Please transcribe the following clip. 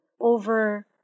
over